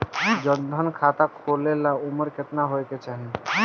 जन धन खाता खोले ला उमर केतना होए के चाही?